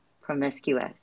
Promiscuous